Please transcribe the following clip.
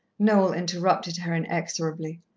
noel interrupted her inexorably.